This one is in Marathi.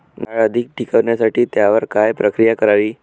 डाळ अधिक टिकवण्यासाठी त्यावर काय प्रक्रिया करावी?